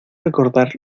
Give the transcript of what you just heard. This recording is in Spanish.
recordar